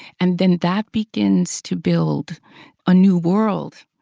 and then that begins to build a new world,